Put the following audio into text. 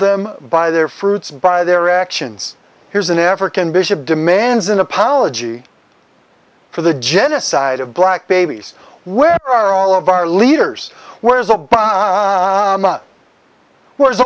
them by their fruits by their actions here's an african bishop demands an apology for the genocide of black babies where are all of our leaders whereas